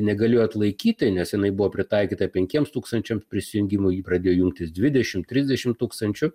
negalėjo atlaikyti nes jinai buvo pritaikyta penkiems tūkstančiams prisijungimų į jį pradėjo jungtis dvidešimt trisdešimt tūkstančių